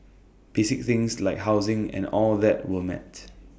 basic things like housing and all that were met